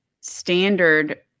standard